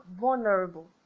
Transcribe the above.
vulnerable